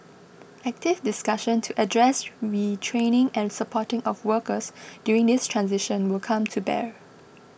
active discussion to address retraining and supporting of workers during this transition will come to bear